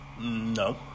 No